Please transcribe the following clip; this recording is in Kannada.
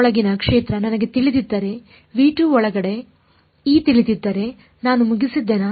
ನೊಳಗಿನ ಕ್ಷೇತ್ರ ನನಗೆ ತಿಳಿದಿದ್ದರೆ ಒಳಗೆ E ತಿಳಿದಿದ್ದರೆ ನಾನು ಮುಗಿಸಿದ್ದೇನಾ